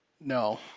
No